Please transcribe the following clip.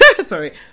sorry